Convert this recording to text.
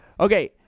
Okay